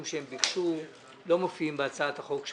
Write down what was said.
שהם ביקשו לא מופיעים בהצעת החוק שלך,